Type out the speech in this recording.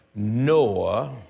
Noah